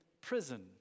prison